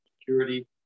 security